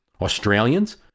Australians